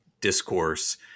discourse